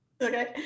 Okay